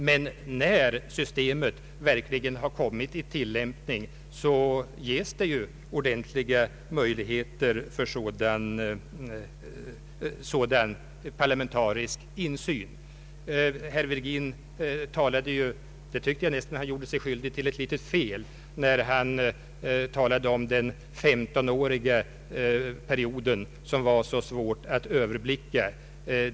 Men när systemet verkligen har kommit i tillämpning ges det ju ordentliga möjligheter för sådan parlamentarisk insyn. Jag tycker nästan att herr Virgin gjorde sig skyldig till ett litet fel när han talade om att den 15 åriga perioden var så svår att överblicka.